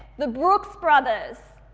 the brooks brothers,